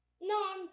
no